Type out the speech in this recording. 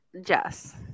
Jess